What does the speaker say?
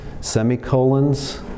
semicolons